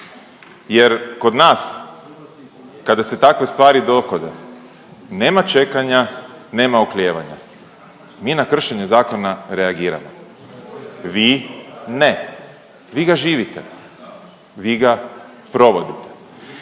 jer kod nas kada se takve stvari dogode, nema čekanja, nema oklijevanja, mi na kršenje zakona reagiramo, vi ne, vi ga živite, vi ga provodite